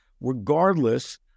regardless